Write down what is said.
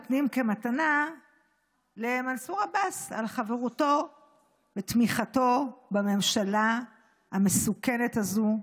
נותנים במתנה למנסור עבאס על חברותו ותמיכתו בממשלה המסוכנת הזו,